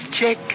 check